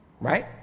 Right